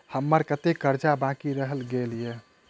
हम्मर कत्तेक कर्जा बाकी रहल गेलइ?